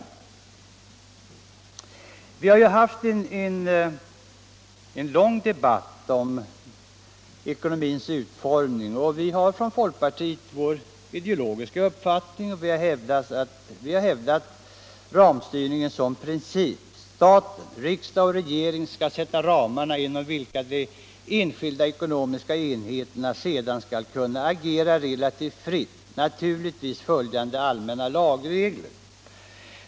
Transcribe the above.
Vi har haft en lång debatt om ekonomins utformning. Folkpartiet har sin ideologiska uppfattning och vi har hävdat ramstyrningen som princip. Staten — riksdag och regering — skall sätta ramarna inom vilka de enskilda ekonomiska enheterna sedan skall kunna agera relativt fritt, naturligtvis följande allmänna lagregler.